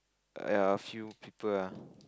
err ya a few people ah